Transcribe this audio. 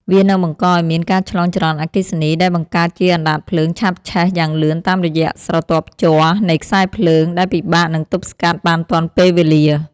វានឹងបង្កឱ្យមានការឆ្លងចរន្តអគ្គិសនីដែលបង្កើតជាអណ្ដាតភ្លើងឆាបឆេះយ៉ាងលឿនតាមរយៈស្រទាប់ជ័រនៃខ្សែភ្លើង ដែលពិបាកនឹងទប់ស្កាត់បានទាន់ពេលវេលា។